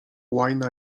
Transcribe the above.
łajna